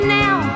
now